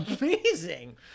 Amazing